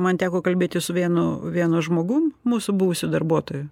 man teko kalbėtis su vienu vienu žmogum mūsų buvusiu darbuotoju